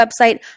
website